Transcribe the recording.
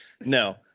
no